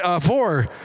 four